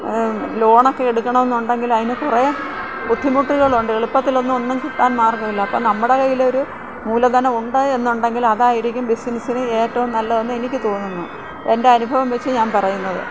ലോണൊക്കെ എടുക്കണമെന്നുണ്ടെങ്കിൽ അതിന് കുറേ ബുദ്ധിമുട്ടുകളുണ്ട് എളുപ്പത്തിലൊന്നും ഒന്നും കിട്ടാൻ മാർഗ്ഗമില്ല അപ്പം നമ്മുടെ കൈയ്യിൽ ഒരു മൂലധനം ഉണ്ട് എന്നുണ്ടെങ്കിൽ അതായിരിക്കും ബിസിനസിന് ഏറ്റവും നല്ലതെന്ന് എനിക്ക് തോന്നുന്നു എൻ്റെ അനുഭവം വച്ചു ഞാൻ പറയുന്നത്